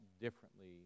differently